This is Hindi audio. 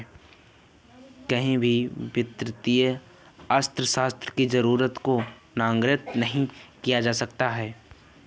कहीं भी वित्तीय अर्थशास्त्र की जरूरत को नगण्य नहीं किया जा सकता है